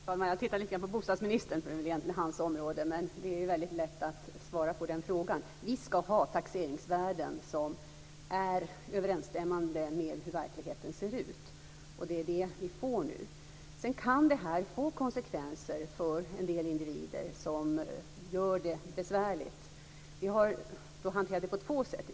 Fru talman! Jag tittar lite grann på bostadsministern, för det här är ju egentligen hans område. Men det är väldigt lätt att svara på frågan. Vi ska ha taxeringsvärden som stämmer överens med hur verkligheten ser ut. Det är det vi får nu. Sedan kan det här få konsekvenser för en del individer som gör det besvärligt. Vi har hanterat det på två sätt.